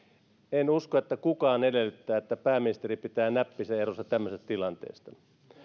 en usko että kukaan edellyttää että pääministeri pitää näppinsä erossa tämmöisestä tilanteesta